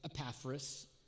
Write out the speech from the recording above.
Epaphras